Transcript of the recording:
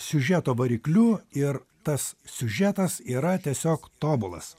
siužeto varikliu ir tas siužetas yra tiesiog tobulas